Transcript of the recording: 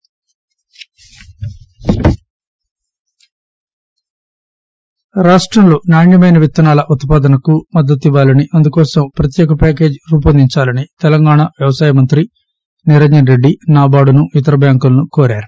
నాబార్గ్ రాష్టంలో నాణ్యమైన విత్తనాల ఉత్పాదనకు మద్గతివ్వాలని అందుకోసం ప్యాకేజీ రూపొందించాలని తెలంగాణ వ్యవసాయ మంత్రి నిరంజన్ రెడ్డి నాబార్డును ఇతర బ్యాంకులను కోరారు